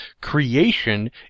Creation